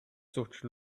such